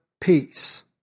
peace